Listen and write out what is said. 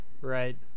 Right